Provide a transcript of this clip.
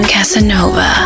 Casanova